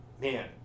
Man